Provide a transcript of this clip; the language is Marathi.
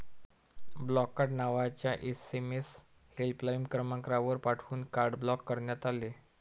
ब्लॉक कार्ड नावाचा एस.एम.एस हेल्पलाइन क्रमांकावर पाठवून कार्ड ब्लॉक करण्यात आले